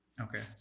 Okay